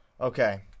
Okay